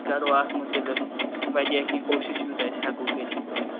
کرو اتھ مُتعلِق واریاہ کینٛہہ کوشِش یوتاہ أسۍ ہیٚکو کٔرِتھ یورٕ